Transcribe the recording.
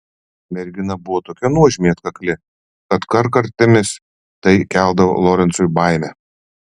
mergina buvo tokia nuožmiai atkakli kad kartkartėmis tai keldavo lorencui baimę